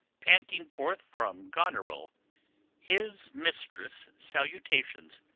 panting forth from goneril his mistress salutations